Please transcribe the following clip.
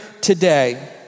today